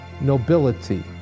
nobility